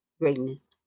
greatness